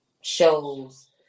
shows